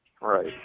Right